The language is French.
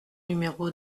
numéro